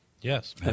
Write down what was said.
Yes